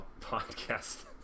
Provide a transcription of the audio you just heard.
podcast